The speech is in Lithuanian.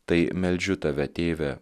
tai meldžiu tave tėve